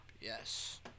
yes